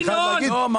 לא.